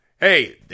Hey